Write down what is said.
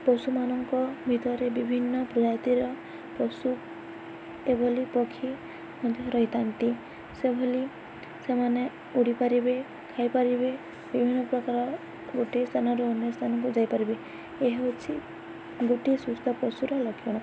ପଶୁମାନଙ୍କ ଭିତରେ ବିଭିନ୍ନ ପ୍ରଜାତିର ପଶୁ ଏଭଳି ପକ୍ଷୀ ମଧ୍ୟ ରହିଥାନ୍ତି ସେଭଳି ସେମାନେ ଉଡ଼ିପାରିବେ ଖାଇପାରିବେ ବିଭିନ୍ନପ୍ରକାର ଗୋଟିଏ ସ୍ଥାନରୁ ଅନ୍ୟ ସ୍ଥାନକୁ ଯାଇପାରିବେ ଏ ହେଉଛି ଗୋଟିଏ ସୁସ୍ଥ ପଶୁର ଲକ୍ଷଣ